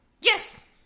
Yes